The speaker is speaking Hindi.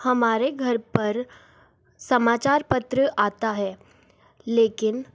हमारे घर पर समाचार पत्र आता है लेकिन